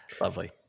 Lovely